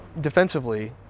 defensively